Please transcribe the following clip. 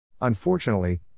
Unfortunately